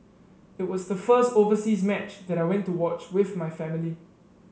it was the first overseas match that I went to watch with my family